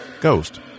ghost